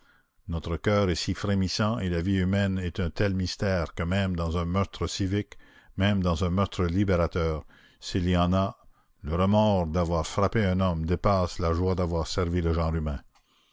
notre coeur est si frémissant et la vie humaine est un tel mystère que même dans un meurtre civique même dans un meurtre libérateur s'il y en a le remords d'avoir frappé un homme dépasse la joie d'avoir servi le genre humain